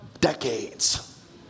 decades